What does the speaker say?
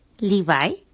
Levi